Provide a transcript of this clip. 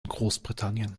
großbritannien